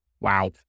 Wow